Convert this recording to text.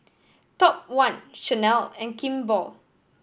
Top One Chanel and Kimball